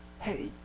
hey